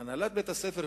הנהלת בית-הספר,